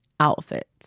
outfits